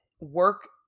work